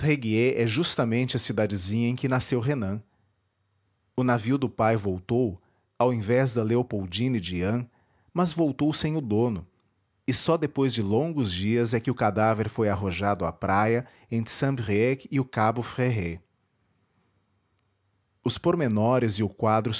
é justamente a cidadezinha em que nasceu renan o navio do pai voltou ao invés da léopoldine de yann mas voltou sem o dono e só depois de longos dias é que o cadáver foi arrojado à praia entre saint brieuc e o cabo fréhe os pormenores e o quadro